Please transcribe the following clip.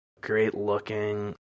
great-looking